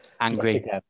Angry